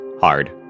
hard